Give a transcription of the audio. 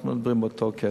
אנחנו מדברים על אותו כסף.